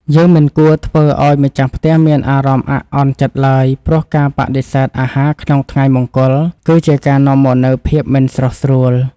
យើងមិនគួរធ្វើឱ្យម្ចាស់ផ្ទះមានអារម្មណ៍អាក់អន់ចិត្តឡើយ ព្រោះការបដិសេធអាហារក្នុងថ្ងៃមង្គល គឺជាការនាំមកនូវភាពមិនស្រុះស្រួល។